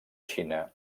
xina